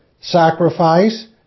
sacrifice